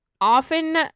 often